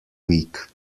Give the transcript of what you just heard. week